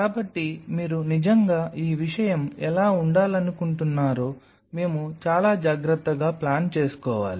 కాబట్టి మీరు నిజంగా ఈ విషయం ఎలా ఉండాలనుకుంటున్నారో మేము చాలా జాగ్రత్తగా ప్లాన్ చేసుకోవాలి